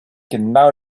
genau